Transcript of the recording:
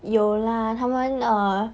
有啦他们 uh